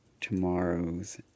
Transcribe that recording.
tomorrow's